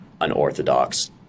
unorthodox